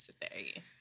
today